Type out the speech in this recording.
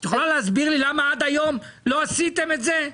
את יכולה להסביר לי למה עד היום לא עשיתם את זה?